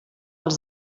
els